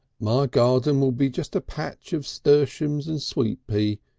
my garden will be just a patch of sturtiums and sweet pea.